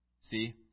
See